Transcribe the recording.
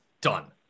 done